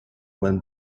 when